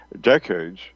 decades